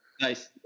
nice